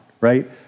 right